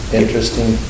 interesting